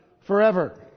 forever